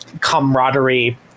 camaraderie